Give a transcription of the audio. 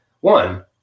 One